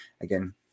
again